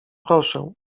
proszę